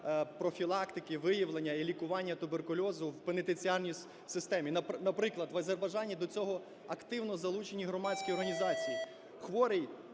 профілактики, виявлення і лікування туберкульозу у пенітенціарній системі. Наприклад, в Азербайджані до цього активно залучені громадські організації. Хворий,